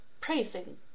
praising